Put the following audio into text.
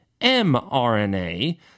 mRNA